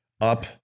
up